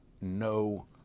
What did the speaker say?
no